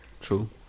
True